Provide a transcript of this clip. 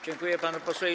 Dziękuję panu posłowi.